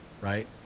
right